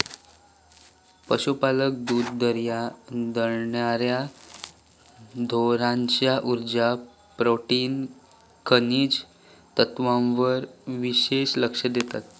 पशुपालक दुध देणार्या ढोरांच्या उर्जा, प्रोटीन, खनिज तत्त्वांवर विशेष लक्ष देतत